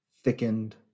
thickened